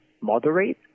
moderate